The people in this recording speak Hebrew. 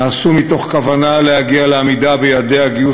נעשו מתוך כוונה להגיע לעמידה ביעדי הגיוס